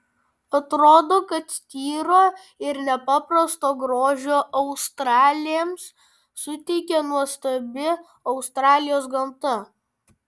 atrodo kad tyro ir nepaprasto grožio australėms suteikė nuostabi australijos gamta